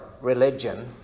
religion